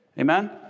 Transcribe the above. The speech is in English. Amen